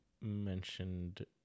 mentioned